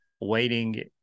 waiting